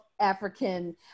African